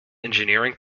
engineering